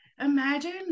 imagine